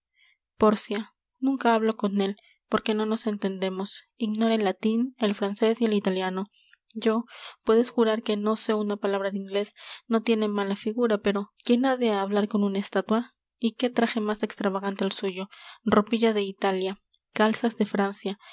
pórcia nunca hablo con él porque no nos entendemos ignora el latin el francés y el italiano yo puedes jurar que no sé una palabra de inglés no tiene mala figura pero quién ha de hablar con una estatua y qué traje más extravagante el suyo ropilla de italia calzas de francia